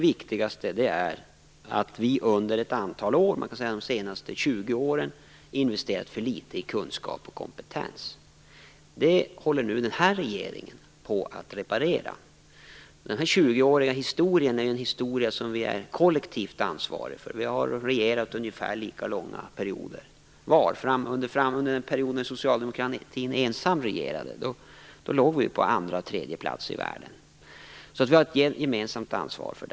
Viktigast är då att vi under ett antal år - under de senaste 20 åren, kan man säga - har investerat för litet i kunskap och kompetens. Det håller den här regeringen på att reparera. Den här tjugoåriga historien är vi kollektivt ansvariga för. Vi har regerat under ungefär lika långa perioder var. Under perioder när socialdemokratin ensam regerade låg Sverige på andra och tredje plats i världen. Vi har således ett gemensamt ansvar här.